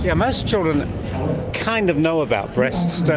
yeah most children kind of know about breasts, don't